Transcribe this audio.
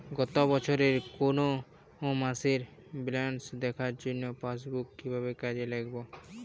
গত বছরের কোনো মাসের ব্যালেন্স দেখার জন্য পাসবুক কীভাবে কাজে লাগাব?